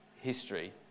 history